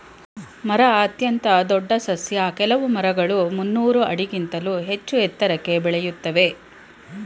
ಮರ ಅತ್ಯಂತ ದೊಡ್ ಸಸ್ಯ ಕೆಲ್ವು ಮರಗಳು ಮುನ್ನೂರ್ ಆಡಿಗಿಂತ್ಲೂ ಹೆಚ್ಚೂ ಎತ್ರಕ್ಕೆ ಬೆಳಿತಾವೇ